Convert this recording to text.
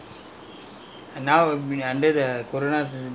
you want to cook or don't cook I I don't know I'm not going to